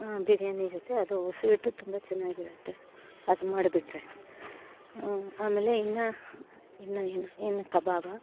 ಬಿರಿಯಾನಿ ಜೊತೆ ಅದು ಸ್ವೀಟ್ ತುಂಬ ಚೆನ್ನಾಗಿರುತ್ತೆ ಅದು ಮಾಡ್ಬಿಟ್ರೆ ಆಮೇಲೆ ಇನ್ನು ಇನ್ನು ಏನು ಏನು ಕಬಾಬಾ